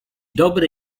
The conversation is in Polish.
dobry